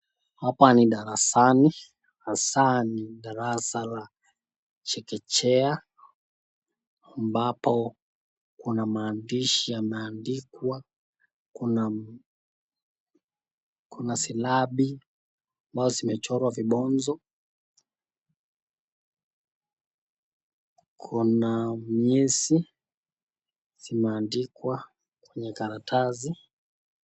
Hapa ni darasani hasa ni darasa la chekechea ambapo kuna maandishi yameaandikwa kuna silabi ambayo zimechorwa vibonzo kuna miezi zimeeandikwa kwenye karatasi.